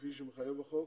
כפי שמחייב החוק.